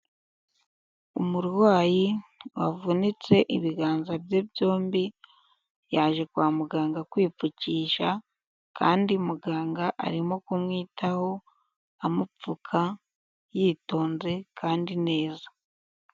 Umurwayi wavunitse ibiganza bye byombi yaje kwa muganga kwipfukisha kandi muganga arimo kumwitaho amupfuka, yitonze kandi neza.